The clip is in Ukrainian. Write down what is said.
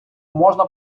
можна